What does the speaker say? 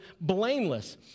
blameless